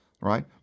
right